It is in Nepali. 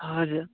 हजुर